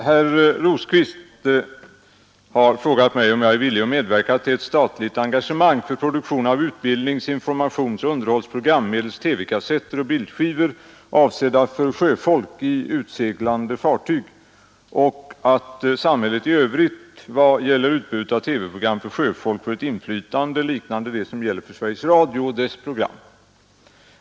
Herr talman! Herr Rosqvist har frågat mig om jag är villig att medverka till ett statligt engagemang för produktion av utbildnings-, informationsoch underhållsprogram medelst TV-kassetter och bildskivor avsedda för sjöfolk i utseglande fartyg, och till att samhället i övrigt vad gäller utbudet av TV-program för sjöfolk får ett inflytande liknande det som gäller för Sveriges Radio och dess program.